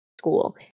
school